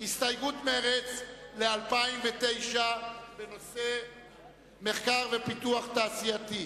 הסתייגות מרצ ל-2009 בנושא מחקר ופיתוח תעשייתי.